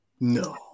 No